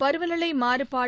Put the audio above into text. பருவநிலை மாறுபாடு